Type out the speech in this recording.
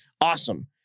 Awesome